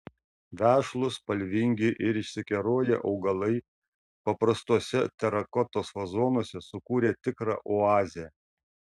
vešlūs spalvingi ir išsikeroję augalai paprastuose terakotos vazonuose sukūrė tikrą oazę